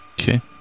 Okay